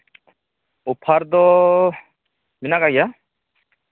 offer ᱫᱚ ᱢᱮᱱᱟᱜ ᱠᱟᱜ ᱜᱮᱭᱟ